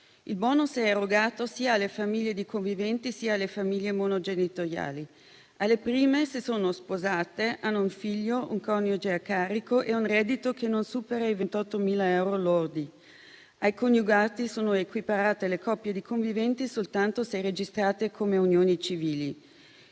Il *bonus* è erogato sia alle famiglie di conviventi, sia alle famiglie monogenitoriali; alle prime, è erogato se sono sposate, hanno un figlio, un coniuge a carico e un reddito che non supera i 28.000 euro lordi. Ai coniugati sono equiparate le coppie di conviventi soltanto se registrate come unioni civili.